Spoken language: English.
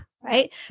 right